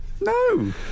No